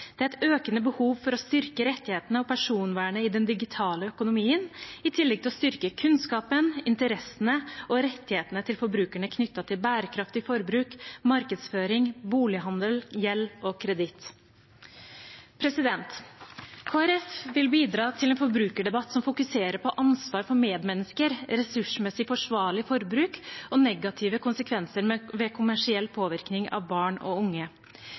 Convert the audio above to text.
Det er et økende behov for å styrke rettighetene og personvernet i den digitale økonomien, i tillegg til å styrke kunnskapen, interessene og rettighetene til forbrukerne knyttet til bærekraftig forbruk, markedsføring, bolighandel, gjeld og kreditt. Kristelig Folkeparti vil bidra til en forbrukerdebatt som fokuserer på ansvar for medmennesker, et ressursmessig forsvarlig forbruk og negative konsekvenser av kommersiell påvirkning av barn og unge.